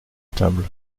table